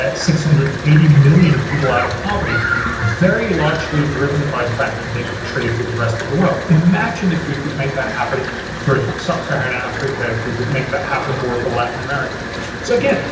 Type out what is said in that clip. six hundred and eighty million people out of poverty very largely driven by the fact that they could trade with the rest of the world. imagine if we could make that happen for sub-saharan africa if we could make that happen more for latin america so again,